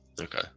okay